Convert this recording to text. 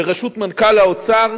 בראשות מנכ"ל האוצר